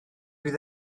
fydd